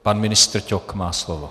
Pan ministr Ťok má slovo.